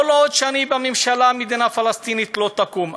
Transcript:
כל עוד אני בממשלה, מדינה פלסטינית לא תקום.